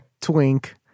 twink